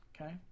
Okay